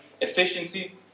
efficiency